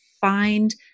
find